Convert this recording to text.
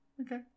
Okay